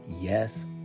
yes